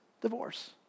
divorce